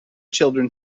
children